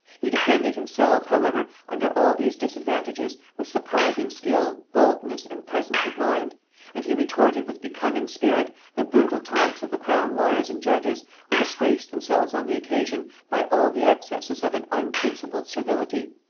he defended himself however under all these disadvantages, with surprising skill, boldness and presence of mind and he retorted with becoming spirit the brutal taunts of the crown lawyers and judges, who disgraced themselves on the occasion by all the excesses of an unprincipled servility.